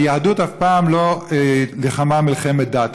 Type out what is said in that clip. היהדות אף פעם לא נלחמה מלחמת דת.